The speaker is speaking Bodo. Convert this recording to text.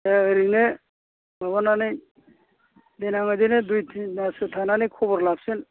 ओ ओरैनो माबानानै देनां बिदिनो दुइ थिन माससो थानानै खबर लाफिन